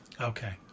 Okay